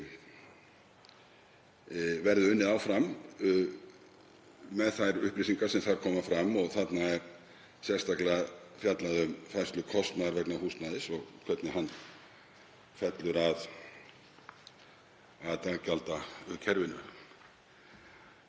verði unnið með þær upplýsingar sem þar koma fram. Þarna er sérstaklega fjallað um færslu kostnaðar vegna húsnæðis og hvernig hann fellur að daggjaldakerfinu.